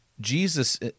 Jesus